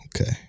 Okay